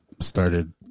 started